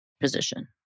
position